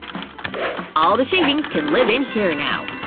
all the shavings can live in here now.